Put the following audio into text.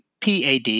PAD